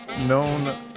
known